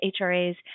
HRAs